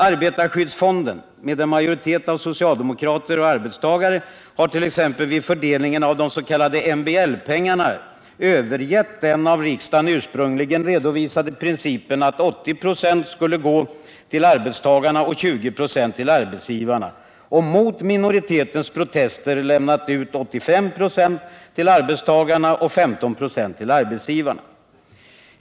Arbetarskyddsfonden — med en majoritet av socialdemokrater och arbetstagare — har t.ex. vid fördelningen av de s.k. MBL-pengarna övergivit den till riksdagen ursprungligen redovisade principen att 80 96 skulle gå till arbetstagarna och 20 96 till arbetsgivarna och mot minoritetens protester lämnat ut 85 96 till arbetstagarna och 15 till arbetsgivarna.